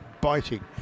biting